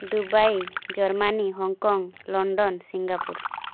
Dubai Germany Hong Kong London Singapore